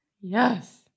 Yes